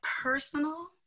personal